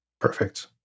Perfect